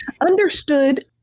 Understood